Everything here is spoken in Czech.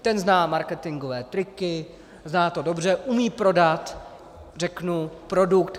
Ten zná marketingové triky, zná to dobře, umí prodat řeknu produkt.